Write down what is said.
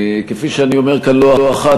כפי שאני אומר כאן לא אחת,